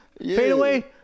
fadeaway